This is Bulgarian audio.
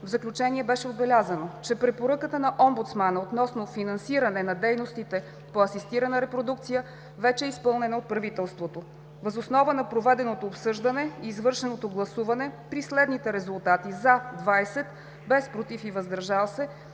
В заключение беше отбелязано, че препоръката на омбудсмана относно финансиране на дейностите по асистирана репродукция вече е изпълнена от правителството. Въз основа на проведеното обсъждане и извършеното гласуване при следните резултати: „за“ – 20, без „против“ и „въздържал се“,